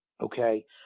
Okay